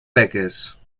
beques